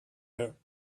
her